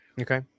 Okay